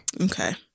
Okay